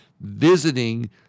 visiting